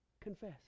confess